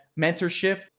mentorship